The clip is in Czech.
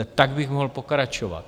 Tak bych mohl pokračovat.